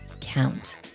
count